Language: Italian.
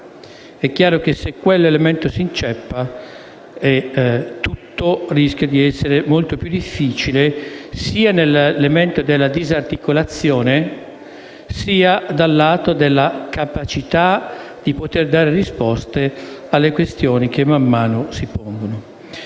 È chiaro che, se quell'elemento si inceppa, tutto rischia di essere molto più difficile, sia sul fronte della disarticolazione, sia nella capacità di dare risposte alle questioni che man mano si pongono.